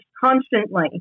constantly